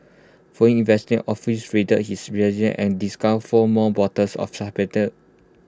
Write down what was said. following officers raided his and discovered four more bottles of suspected